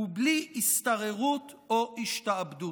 ובלי השתררות או השתעבדות".